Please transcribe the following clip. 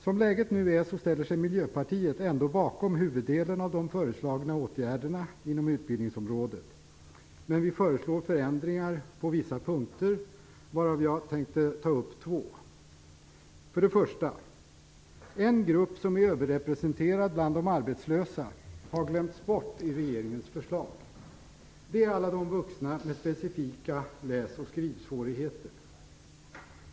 Som läget nu är ställer sig Miljöpartiet ändå bakom huvuddelen av de föreslagna åtgärderna inom utbildningsområdet, men vi föreslår ändringar på vissa punkter, varav jag tänkte ta upp två. För det första: En grupp som är överrepresenterad bland de arbetslösa har glömts bort i regeringens förslag. Det är alla vuxna med specifika läs och skrivsvårigheter.